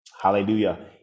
Hallelujah